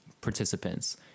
Participants